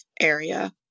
area